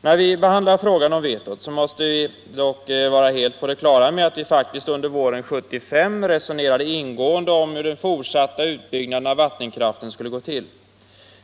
När vi behandlar frågan om vetot måste vi dock vara helt på det klara med att vi faktiskt under våren 1975 resonerade ingående om hur den fortsatta utbyggnaden av vattenkraften skulle gå till.